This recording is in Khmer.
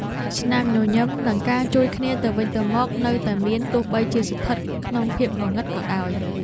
ស្នាមញញឹម និងការជួយគ្នាទៅវិញទៅមក នៅតែមានទោះបីជាស្ថិតក្នុងភាពងងឹតក៏ដោយ។